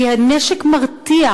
כי הנשק מרתיע.